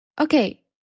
Okay